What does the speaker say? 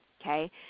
Okay